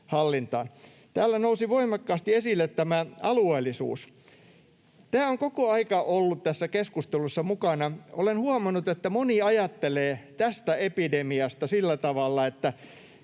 Täällä nousi voimakkaasti esille tämä alueellisuus. Tämä on koko ajan ollut tässä keskustelussa mukana. Olen huomannut, että moni ajattelee tästä epidemiasta sillä tavalla, että